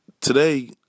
today